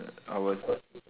I was